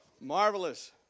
Marvelous